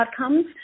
outcomes